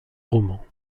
romans